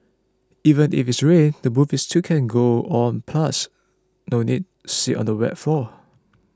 even if it rains the movie still can go on plus no need sit on the wet floor